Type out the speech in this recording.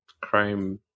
crime